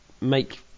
make